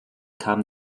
kam